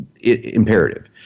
imperative